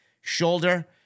shoulder